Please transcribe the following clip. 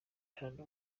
hano